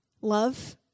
Love